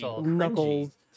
Knuckles